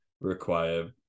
require